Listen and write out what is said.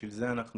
ובשביל זה אנחנו